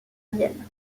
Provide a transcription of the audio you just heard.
vienne